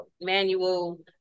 manual